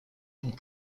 and